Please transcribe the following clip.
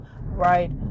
right